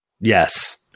yes